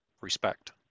respect